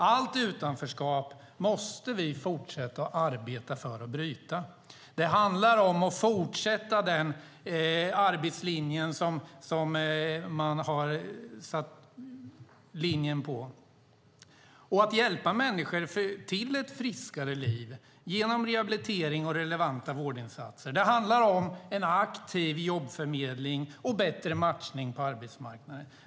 Vi måste fortsätta att arbeta för att bryta allt utanförskap. Det handlar om att fortsätta arbetslinjen. Det handlar om att hjälpa människor till ett friskare liv genom rehabilitering och relevanta vårdinsatser. Det handlar om en aktiv jobbförmedling och bättre matchning på arbetsmarknaden.